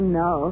no